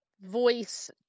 voice